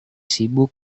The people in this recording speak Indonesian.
sibuk